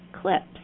clips